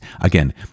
Again